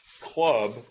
club